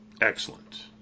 Excellent